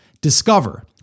discover